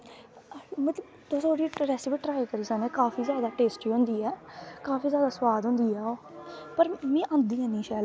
मतलब कि तुस ओह्दी रेसिपी ट्राई करी सकने काफी जैदा टेस्टी होंदी ऐ काफी जैदा सुआद होंदी ऐ पर मिगी आंदी अनी ऐ शैल करियै बनाने